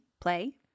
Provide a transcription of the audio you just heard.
play